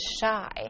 shy